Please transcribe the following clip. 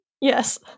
Yes